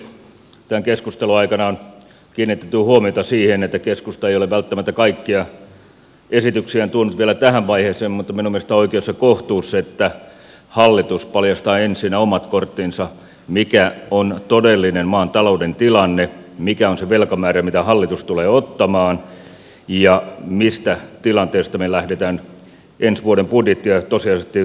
tämän keskustelun aikana on kiinnitetty huomiota siihen että keskusta ei ole välttämättä kaikkia esityksiään tuonut vielä tähän vaiheeseen mutta minun mielestäni on oikeus ja kohtuus että hallitus paljastaa ensin ne omat korttinsa mikä on todellinen maan talouden tilanne mikä on se velkamäärä mitä hallitus tulee ottamaan ja mistä tilanteesta me lähdemme ensi vuoden budjettia tosiasiallisesti valmistelemaan